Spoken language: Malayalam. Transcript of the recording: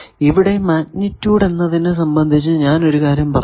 ഇവിടെ ഈ മാഗ്നിറ്റൂഡ് എന്നതിനെ സംബന്ധിച്ച് ഞാൻ ഒരു കാര്യം പറഞ്ഞു